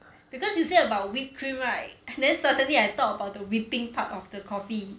because you say about whipped cream right and then suddenly I thought about the whipping part of the coffee